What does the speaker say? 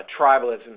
tribalism